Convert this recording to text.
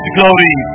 glory